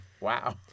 Wow